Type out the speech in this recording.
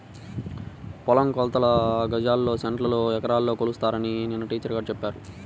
పొలం కొలతలు గజాల్లో, సెంటుల్లో, ఎకరాల్లో కొలుస్తారని నిన్న టీచర్ గారు చెప్పారు